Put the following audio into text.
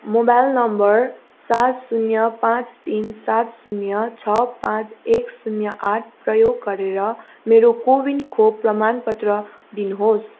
mobile number सात शून्य पाँच तिन सात शून्य छ पाँच एक शून्य आठ प्रयोग गरेर मेरो को विन खोप प्रमाणपत्र दिनुहोस्